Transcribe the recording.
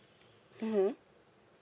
mmhmm